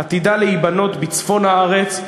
עתידה להיבנות בצפון הארץ,